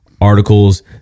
articles